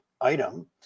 item